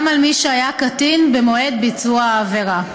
גם על מי שהיה קטין במועד ביצוע העבירה.